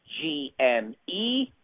G-M-E